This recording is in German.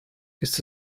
ist